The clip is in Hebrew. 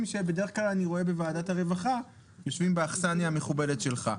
שבדרך כלל אני רואה בוועדה העבודה והרווחה יושבים באכסניה המכובדת שלך.